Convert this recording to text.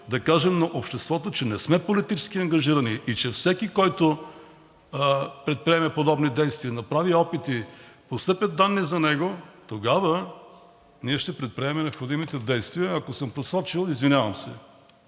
да кажем на обществото, че не сме политически ангажирани и че всеки, който предприеме подобни действия и направи опити, постъпят данни за него, тогава ние ще предприемем необходимите действия. Ако съм просрочил времето, извинявам се.